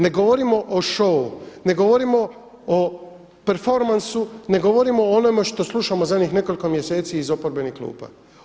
Ne govorimo o šou, ne govorimo o performansu, ne govorimo o onome što slušamo zadnjih nekoliko mjeseci iz oporbenih klupa.